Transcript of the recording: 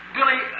Billy